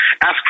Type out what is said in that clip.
ask